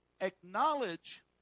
acknowledge